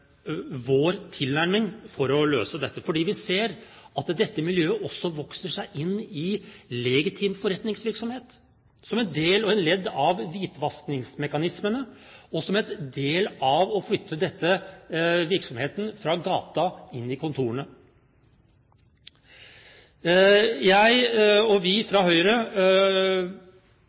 vår tilnærming for å løse dette, for vi ser at dette miljøet også vokser seg inn i legitim forretningsvirksomhet som en del av og et ledd i hvitvaskingsmekanismene og som en del av å flytte denne virksomheten fra gaten og inn i kontorene. Jeg, og vi fra Høyre,